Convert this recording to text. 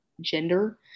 gender